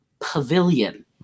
Pavilion